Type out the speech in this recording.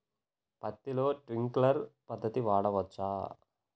పత్తిలో ట్వింక్లర్ పద్ధతి వాడవచ్చా?